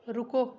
ਰੁਕੋ